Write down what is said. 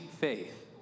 faith